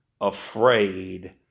afraid